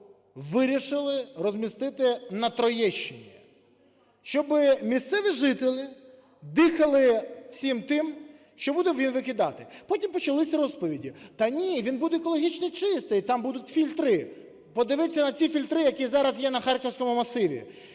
вирішили розмістити на Троєщині, щоб місцеві жителі дихали всім тим, що буде він викидати. Потім почалися розповіді: та ні, він буде екологічно чистий, там будуть фільтри. Подивіться на ці фільтри, які зараз є на Харківському масиві.